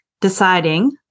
deciding